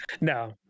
No